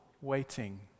waiting